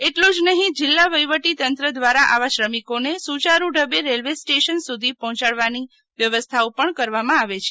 એટલું જ નહિ જિલ્લા વહિવટીતંત્ર આવા શ્રમિકોને સુયારૂઢબે રેલ્વે સ્ટેશન સુધી પહોચાડવાની વ્યવસ્થાઓ પણ કરવામાં આવે છે